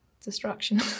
destruction